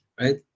right